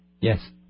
Yes